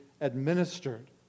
administered